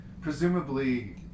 presumably